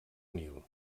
nil